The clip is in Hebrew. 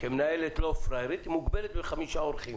כמנהלת לא פראיירית, מוגבלת להזמנת חמישה אורחים.